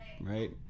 Right